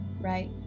right